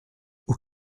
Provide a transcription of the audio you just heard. aux